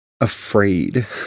afraid